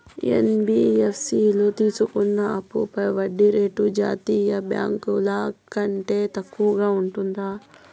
NBFC లో తీసుకున్న అప్పుపై వడ్డీ రేటు జాతీయ బ్యాంకు ల కంటే తక్కువ ఉంటుందా?